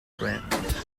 grant